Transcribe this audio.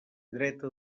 dreta